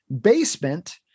basement